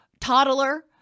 toddler